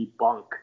debunk